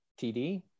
TD